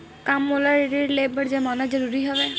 का मोला ऋण ले बर जमानत जरूरी हवय?